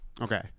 okay